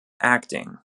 acting